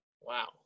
Wow